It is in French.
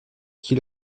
qui